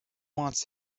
wants